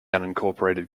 unincorporated